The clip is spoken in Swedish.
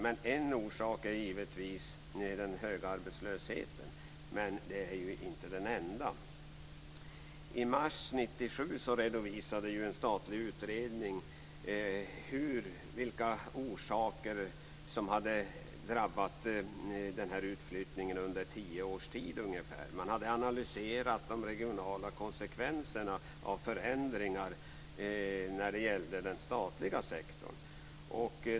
Men en orsak är givetvis den höga arbetslösheten, men det är inte den enda. I mars 1997 redovisade en statlig utredning orsakerna till den utflyttning som skett under ungefär tio års tid. Utredningen hade analyserat de regionala konsekvenserna av förändringar när det gällde den statliga sektorn.